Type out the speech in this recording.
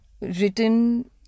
written